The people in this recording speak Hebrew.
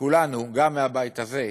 גם מהבית הזה,